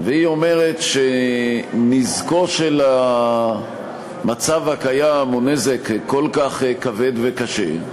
והיא אומרת שנזקו של המצב הקיים הוא נזק כל כך כבד וקשה,